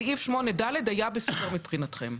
סעיף 8ד היה בסדר מבחינתכם?